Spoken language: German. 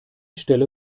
stelle